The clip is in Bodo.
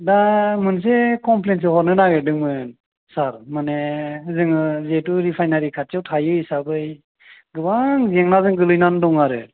दा मोनसे कमप्लेनसो हरनो नागिरदोंमोन सार मानि जोङो जितु रिफाइनारि खाथियाव थायो हिसाबै गोबां जेंनाजों गोग्लैनानै दङ आरो